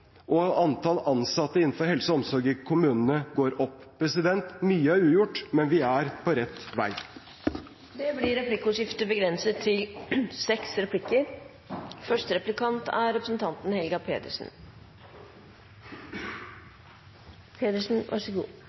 at antall legetimer går opp, og at antall ansatte innenfor helse og omsorg i kommunene går opp. Mye er ugjort, men vi er på rett vei. Det blir replikkordskifte. Det virker som at angrep er